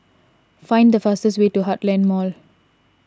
find the fastest way to Heartland Mall